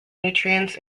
nutrients